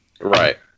Right